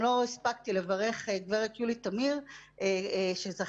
גם לא הספקתי לברך את גברת יולי גת שזכתה